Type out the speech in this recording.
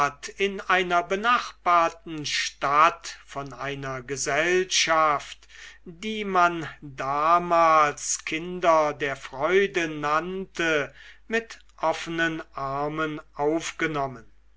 in einer benachbarten stadt von einer gesellschaft die man da mals kinder der freude nannte mit offnen armen aufgenommen